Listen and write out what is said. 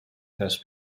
has